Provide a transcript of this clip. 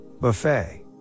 buffet